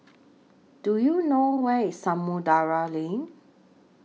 Do YOU know Where IS Samudera Lane